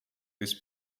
this